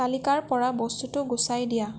তালিকাৰ পৰা বস্তুটো গুচাই দিয়া